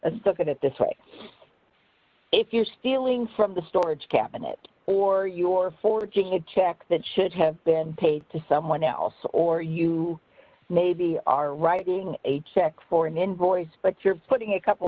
a stuff it it this way if you're stealing from the storage cabinet or your forging a check that should have been paid to someone else or you maybe are writing a check for an invoice but you're putting a couple